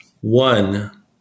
One